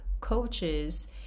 coaches